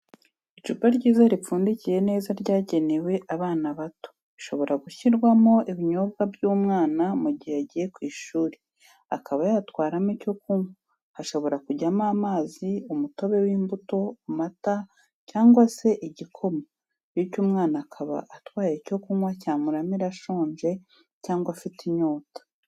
Icupa ryiza ripfundikiye neza ryagenewe abana bato rishobora gushyirwamo ibinyobwa by'umwana mu gihe agiye ku ishuri, akaba yatwaramo icyo kunywa hashobora kujyamo amazi umutobe w'imbuto, amata cyangwa se igikoma bityo umwana akaba atwaye icyo kunywa cyamuramira ashonje cyangwa afite inyota.